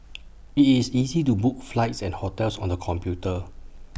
IT is easy to book flights and hotels on the computer